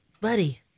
buddy